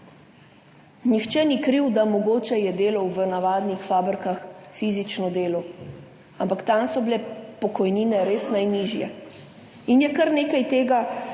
Nihče ni kriv, da mogoče je delal v navadnih fabrikah, fizično delal, ampak tam so bile pokojnine res najnižje in je kar nekaj tega,